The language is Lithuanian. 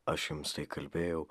aš jums tai kalbėjau